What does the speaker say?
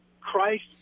Christ